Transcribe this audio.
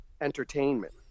entertainment